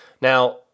Now